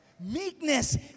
Meekness